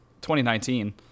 2019